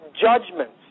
judgments